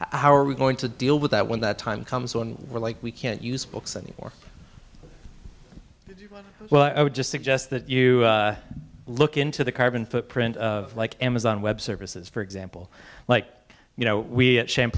how are we going to deal with that when that time comes when we're like we can't use books anymore well i would just suggest that you look into the carbon footprint of like amazon web services for example like you know we